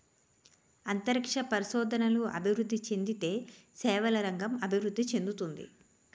అంతరిక్ష పరిశోధనలు అభివృద్ధి చెందితే సేవల రంగం అభివృద్ధి చెందుతుంది